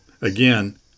again